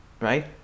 right